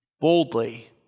boldly